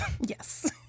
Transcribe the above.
yes